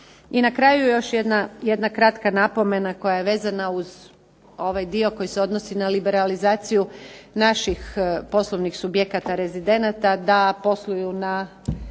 I na kraju još jedna kratka napomena koja je vezana uz ovaj dio koji se odnosi na liberalizaciju naših poslovnih subjekta rezidenata da posluju na